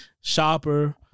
shopper